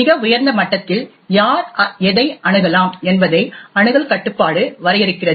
மிக உயர்ந்த மட்டத்தில் யார் எதை அணுகலாம் என்பதை அணுகல் கட்டுப்பாடு வரையறுக்கிறது